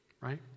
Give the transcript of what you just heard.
Right